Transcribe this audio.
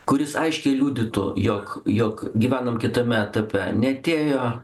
kuris aiškiai liudytų jog jog gyvenam kitame etape neatėjo